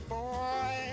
boy